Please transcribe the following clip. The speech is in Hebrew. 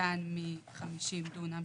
קטן מ-50 דונם.